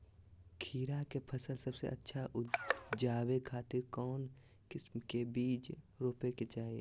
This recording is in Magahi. खीरा के फसल सबसे अच्छा उबजावे खातिर कौन किस्म के बीज रोपे के चाही?